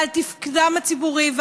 ועל תפקודם הציבורי,